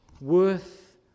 worth